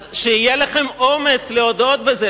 אז שיהיה לכם אומץ להודות בזה,